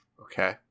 Okay